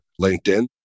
LinkedIn